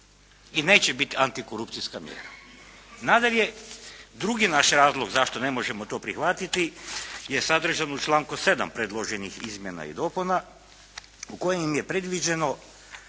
i neće biti antikorupcijska mjera. Nadalje, drugi naš razlog zašto ne možemo to prihvatiti je sadržan u članku 7. predloženih izmjena i dopuna u kojima je predviđeno